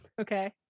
okay